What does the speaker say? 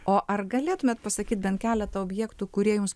o ar galėtumėt pasakyt bent keletą objektų kurie jums